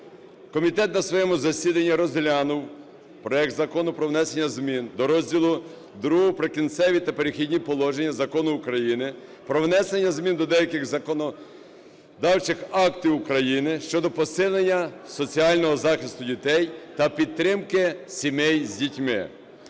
Комітет на своєму засіданні розглянув проект Закону про внесення змін до розділу ІІ "Прикінцеві та перехідні положення" Закону України "Про внесення змін до деяких законодавчих актів України щодо посилення соціального захисту дітей та підтримки сімей з дітьми"